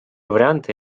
варианты